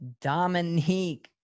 Dominique